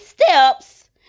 steps